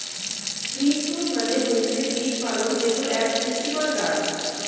bit root মানে হৈসে beet পালং যেটা আক পুষ্টিকর গছ